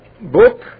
book